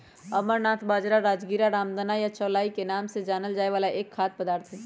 amaranth बाजरा, राजगीरा, रामदाना या चौलाई के नाम से जानल जाय वाला एक खाद्य पदार्थ हई